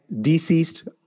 deceased